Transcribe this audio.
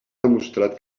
demostrat